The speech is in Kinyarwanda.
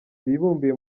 bibumbiye